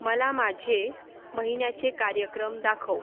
मला माझे महिन्याचे कार्यक्रम दाखव